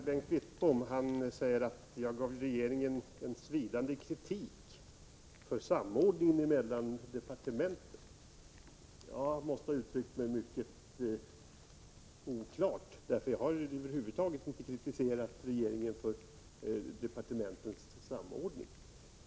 Herr talman! Börje Hörnlund säger att jag gav regeringen en svidande kritik för samordningen mellan departementen. Jag måste ha uttryckt mig mycket oklart, för jag har över huvud taget inte kritiserat regeringen för den saken.